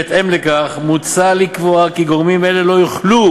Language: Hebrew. בהתאם לכך מוצע לקבוע כי גורמים אלה לא יוכלו